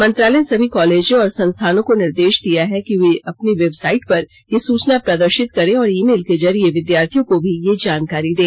मंत्रालय ने सभी कॉलेजों और संस्थानों को निर्देश दिया है कि अपनी वेबसाइट पर यह सूचना प्रदर्शित करें और ईमेल के जरिए विद्यार्थियों को भी यह जानकारी दें